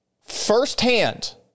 firsthand